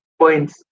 points